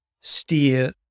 steer